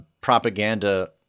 propaganda